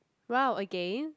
wow again